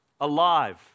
alive